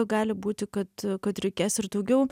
gali būti kad kad reikės ir daugiau